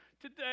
Today